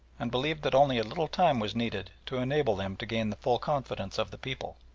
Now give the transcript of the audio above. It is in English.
and believed that only a little time was needed to enable them to gain the full confidence of the people.